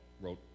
wrote